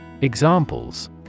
Examples